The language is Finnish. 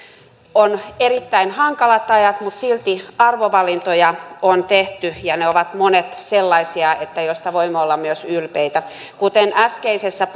on erittäin hankalat ajat mutta silti arvovalintoja on tehty ja ne ovat monet sellaisia joista voimme olla myös ylpeitä kuten äskeisessä